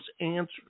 answers